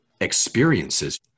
experiences